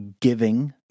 giving